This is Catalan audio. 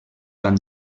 van